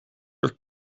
are